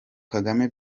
kagame